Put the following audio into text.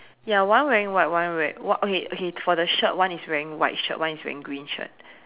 ya one wearing white one wearing what okay okay for the shirt one is wearing white shirt one is wearing green shirt